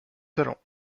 talent